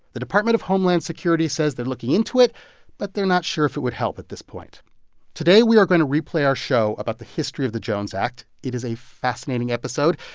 the department of homeland security says they're looking into it but they're not sure if it would help at this point today we are going to replay our show about the history of the jones act. it is a fascinating episode.